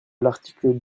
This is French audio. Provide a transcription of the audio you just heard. l’article